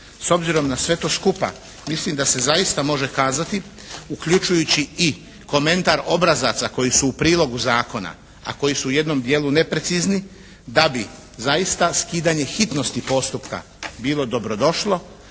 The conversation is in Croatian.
S obzirom na sve to skupa mislim da se zaista može kazati uključujući i komentar obrazaca koji su u prilogu zakona, a koji su u jednom dijelu neprecizni, da bi zaista skidanje hitnosti postupka bilo dobro došlo,